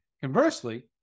conversely